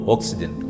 Oxygen